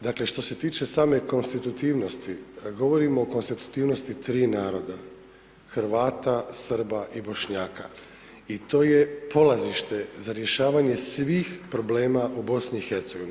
Dakle, što se tiče same konstitutivnosti, govorimo o konstitutivnosti 3 naroda, Hrvata, Srba i Bošnjaka i to je polazište za rješavanje svih problema u BIH.